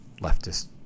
leftist